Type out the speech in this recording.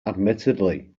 admittedly